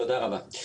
תודה רבה.